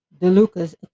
DeLuca's